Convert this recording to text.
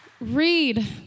Read